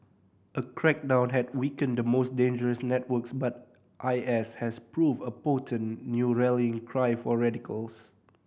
a crackdown had weakened the most dangerous networks but I S has proved a potent new rallying cry for radicals